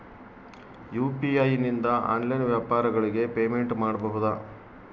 UPI ನಿಂದ online ವ್ಯಾಪಾರಗಳಿಗೆ payment ಮಾಡಬಹುದಾ?